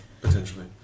potentially